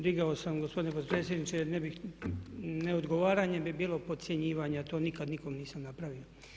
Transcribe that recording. Digao sam gospodine potpredsjedniče jer ne bih, neodgovaranje bi bilo podcjenjivanje, a to nikad nikom nisam napravio.